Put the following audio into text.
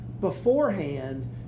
beforehand